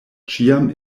ĉiam